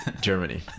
germany